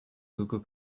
google